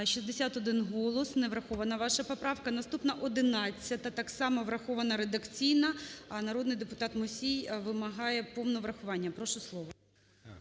За-61 Не врахована ваша поправка. Наступна 11-а. Так само врахована редакційно. А народний депутат Мусій вимагає повного врахування. Прошу, слово.